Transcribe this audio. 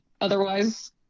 Otherwise